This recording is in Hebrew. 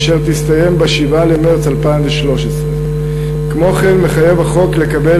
אשר תסתיים ב-17 במרס 2013. כמו כן מחייב החוק לקבל